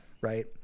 Right